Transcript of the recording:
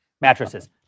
mattresses